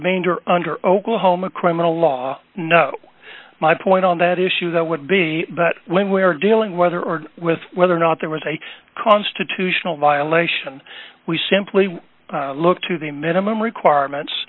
manger under oklahoma criminal law no my point on that issue that would be but when we were dealing whether or with whether or not there was a constitutional violation we simply look to the minimum requirements